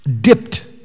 dipped